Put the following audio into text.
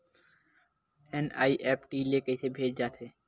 NEFT ले कइसे भेजे जाथे?